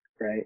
right